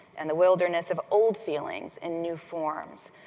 and the wilderness of old feelings in new forms,